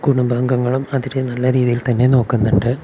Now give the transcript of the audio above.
കുടുംബാംഗങ്ങളും അവരെ നല്ല രീതിയിൽ തന്നെ നോക്കുന്നുണ്ട്